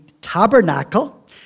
tabernacle